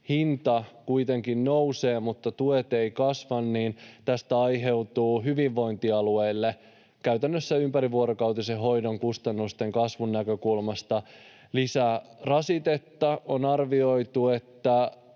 hinta kuitenkin nousee mutta tuet eivät kasva, niin tästä aiheutuu hyvinvointialueille käytännössä ympärivuorokautisen hoidon kustannusten kasvun näkökulmasta lisää rasitetta — on arvioitu, että